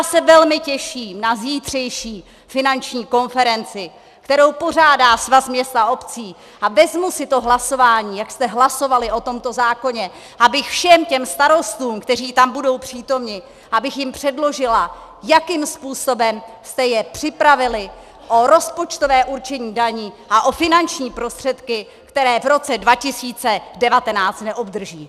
A já se velmi těším na zítřejší finanční konferenci, kterou pořádá Svaz měst a obcí, a vezmu si to hlasování, jak jste hlasovali o tomto zákoně, abych všem těm starostům, kteří tam budou přítomni, abych jim předložila, jakým způsobem jste je připravili o rozpočtové určení daní a o finanční prostředky, které v roce 2019 neobdrží.